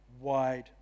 wide